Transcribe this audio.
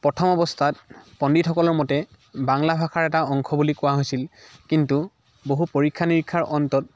প্ৰথম অৱস্থাত পণ্ডিতসকলৰ মতে বাংলা ভাষাৰ এটা অংশ বুলি কোৱা হৈছিল কিন্তু বহু পৰীক্ষা নীৰিক্ষাৰ অন্তত